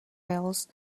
wales